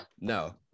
No